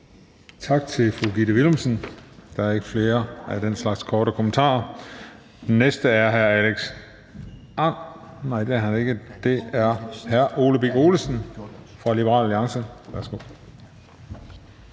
Tak til fru Gitte Willumsen. Der er ikke flere af den slags korte bemærkninger. Den næste er hr. Ole Birk Olesen fra Liberal Alliance. Værsgo.